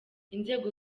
inzego